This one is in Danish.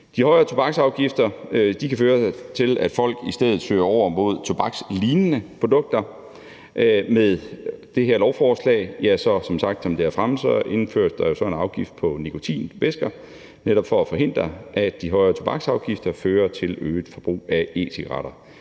De højere tobaksafgifter kan føre til, at folk i stedet søger over mod tobakslignende produkter. Med det her lovforslag indføres der som sagt en afgift på nikotinvæsker, netop for at forhindre, at de højere tobaksafgifter fører til et øget forbrug af e-cigaretter.